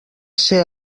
ser